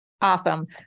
Awesome